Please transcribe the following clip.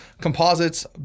composites